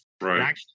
Right